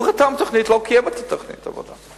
הוא חתם על התוכנית ולא קיים את תוכנית העבודה.